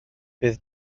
bydd